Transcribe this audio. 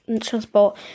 transport